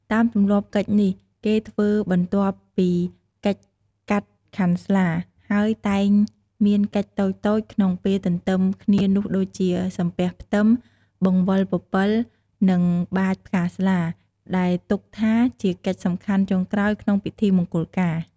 តាមទម្លាប់កិច្ចនេះគេធ្វើបន្ទាប់ពីកិច្ចកាត់ខាន់ស្លា ហើយតែងមានកិច្ចតូចៗក្នុងពេលទន្ទឹមគ្នានោះដូចជា សំពះផ្ទឹម បង្វិលពពិល និងបាចផ្កាស្លា ដែលទុកថាជាកិច្ចសំខាន់ចុងក្រោយក្នុងពិធីមង្គលការ។